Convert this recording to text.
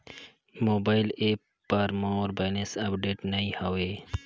mobile app पर मोर balance update नई हवे